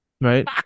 right